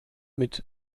mit